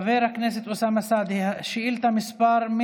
חבר הכנסת אוסאמה סעדי, שאילתה 108: